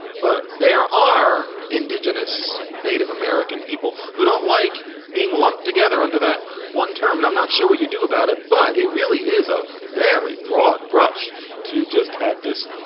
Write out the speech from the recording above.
but there are indigenous native american people who don't like being lumped together under that one term. now, i'm not sure what you do about it, but it really is a very broad brush to just have this.